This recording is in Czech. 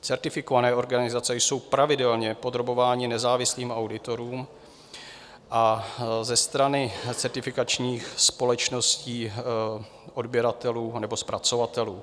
Certifikované organizace jsou pravidelně podrobovány nezávislým auditům a za strany certifikačních společností odběratelů anebo zpracovatelů.